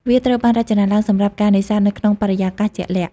វាត្រូវបានរចនាឡើងសម្រាប់ការនេសាទនៅក្នុងបរិយាកាសជាក់លាក់។